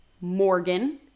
Morgan